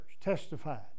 testified